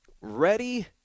ready